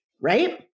right